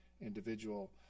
individual